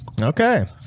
Okay